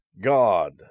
God